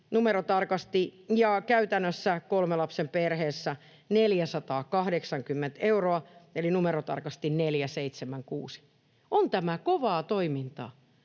numerotarkasti, ja käytännössä kolmen lapsen perheessä 480 euroa, eli numerotarkasti 476. On tämä kovaa toimintaa.